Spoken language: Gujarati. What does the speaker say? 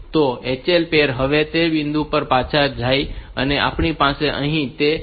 તો HL પૅર હવે તે બિંદુ પર પાછી જાય છે કે જે આપણી પાસે અહીં છે